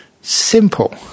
Simple